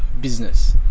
business